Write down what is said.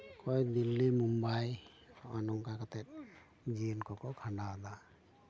ᱚᱠᱚᱭ ᱫᱤᱞᱞᱤ ᱢᱩᱢᱵᱟᱭ ᱦᱚᱜᱼᱚᱭ ᱱᱚᱝᱠᱟ ᱠᱟᱛᱮᱜ ᱡᱤᱭᱚᱱ ᱠᱚᱠᱚ ᱠᱷᱟᱸᱰᱟᱣ ᱮᱫᱟ